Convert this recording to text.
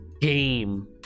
game